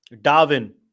Darwin